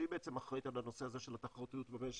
שהיא בעצם אחראית על הנושא הזה של התחרותיות במשק,